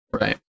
right